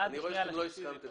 לא הסכמתם